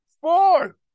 Four